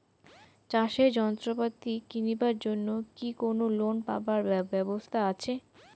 চাষের যন্ত্রপাতি কিনিবার জন্য কি কোনো লোন পাবার ব্যবস্থা আসে?